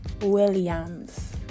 Williams